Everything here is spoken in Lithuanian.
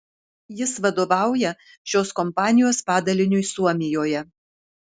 jis vadovauja šios kompanijos padaliniui suomijoje